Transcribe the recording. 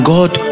God